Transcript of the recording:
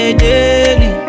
daily